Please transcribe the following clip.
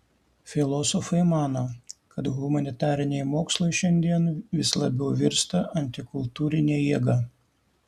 filosofai mano kad humanitariniai mokslai šiandien vis labiau virsta antikultūrine jėga